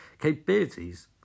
capabilities